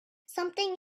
something